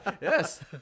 yes